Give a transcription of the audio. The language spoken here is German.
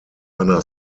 einer